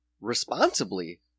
responsibly